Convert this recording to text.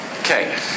Okay